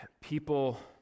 people